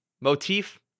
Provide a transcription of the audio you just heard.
motif